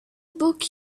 book